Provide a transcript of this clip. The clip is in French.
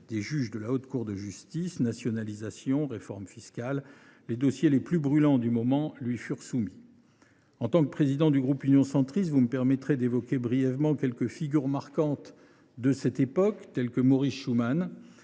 des juges de la Haute Cour de justice, nationalisations, réforme fiscale… Les dossiers les plus brûlants du moment lui furent soumis. En tant que président du groupe Union Centriste, vous me permettrez d’évoquer brièvement quelques figures marquantes de cette époque, en commençant par Maurice Schumann.